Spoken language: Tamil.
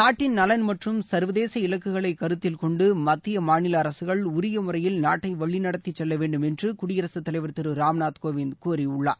நாட்டின் நலன் மற்றும் கர்வதேச இலக்குகளைக் கருத்தில் கொண்டு மத்திய மாநில அரககள் உரிய முறையில் நாட்டை வழிநடத்திச் செல்ல வேண்டும் என்று குடியரசுத் தலைவர் திரு ராம்நாத் கோவிந்த் கூறியுள்ளார்